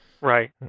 Right